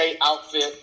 outfit